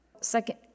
Second